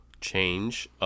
change